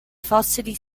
fossili